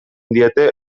diete